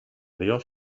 dios